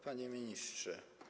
Panie Ministrze!